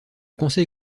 conseil